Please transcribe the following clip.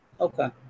Okay